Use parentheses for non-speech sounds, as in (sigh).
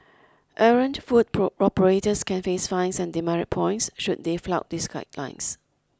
errant food (unintelligible) operators can face fines and demerit points should they flout these guidelines